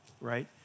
right